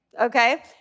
okay